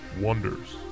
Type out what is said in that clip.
wonders